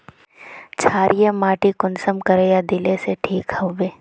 क्षारीय माटी कुंसम करे या दिले से ठीक हैबे?